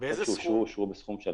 הבקשות שאושרו אושרו בסכום של